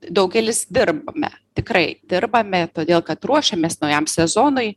daugelis dirbame tikrai dirbame todėl kad ruošiamės naujam sezonui